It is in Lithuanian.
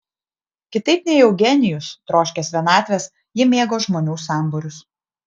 kitaip nei eugenijus troškęs vienatvės ji mėgo žmonių sambūrius